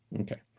okay